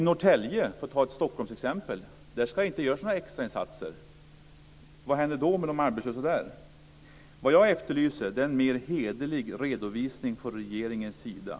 Ett Stockholmsexempel är Norrtälje. Där ska inte göras några extrainsatser. Vad händer med de arbetslösa där? Jag efterlyser en mer hederlig redovisning från regeringens sida.